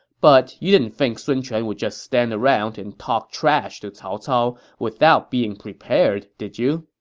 but you didn't think sun quan would just stand around and talk trash to cao cao without being prepared, did you?